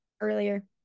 earlier